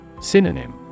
Synonym